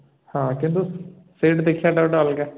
ହଁ କିନ୍ତୁ ସେଇଠି ଦେଖିବାଟା ଗୋଟେ ଅଲଗା